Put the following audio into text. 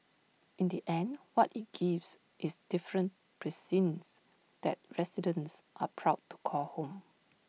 in the end what IT gives is different precincts that residents are proud to call home